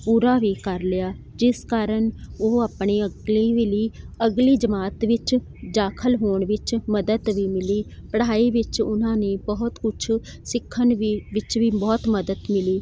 ਪੂਰਾ ਵੀ ਕਰ ਲਿਆ ਜਿਸ ਕਾਰਨ ਉਹ ਆਪਣੇ ਅਗਲੀ ਮਿਲੀ ਅਗਲੀ ਜਮਾਤ ਵਿੱਚ ਦਾਖਲ ਹੋਣ ਵਿੱਚ ਮਦਦ ਵੀ ਮਿਲੀ ਪੜ੍ਹਾਈ ਵਿੱਚ ਉਹਨਾਂ ਨੇ ਬਹੁਤ ਕੁਛ ਸਿੱਖਣ ਵੀ ਵਿੱਚ ਵੀ ਬਹੁਤ ਮਦਦ ਮਿਲੀ